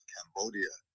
Cambodia